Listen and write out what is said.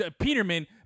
Peterman